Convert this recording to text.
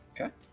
Okay